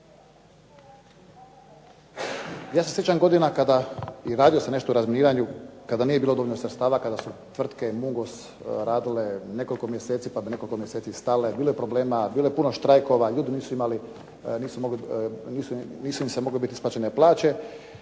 Ja se sjećam godina kada, i radio sam nešto u razminiranju, kada nije bilo dovoljno sredstava, kada su tvrtke "Mungos" radile nekoliko mjeseci, pa nekoliko mjeseci stale. Bilo je problema, bilo je puno štrajkova, ljudi nisu imali, nisu im mogle biti isplaćene plaće